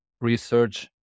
research